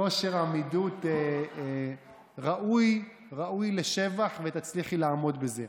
כושר עמידות ראוי לשבח ותצליחי לעמוד בזה.